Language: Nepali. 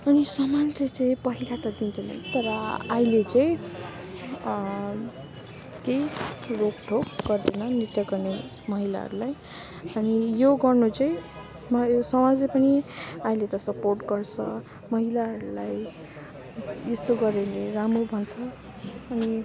अनि समाजले चाहिँ पहिला त दिन्थेन तर अहिले चाहिँ केही रोकटोक गर्दैन नृत्य गर्ने महिलाहरूलाई अनि यो गर्नु चाहिँ यो समाजले पनि अहिले त सपोर्ट गर्छ महिलाहरूलाई यस्तो गऱ्यो भने राम्रो भन्छ अनि